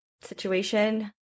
situation